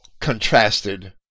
contrasted